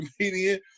comedian